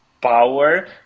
power